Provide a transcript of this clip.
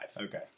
Okay